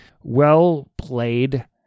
well-played